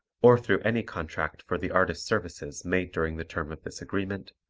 or through any contract for the artist's services made during the term of this agreement,